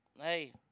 Hey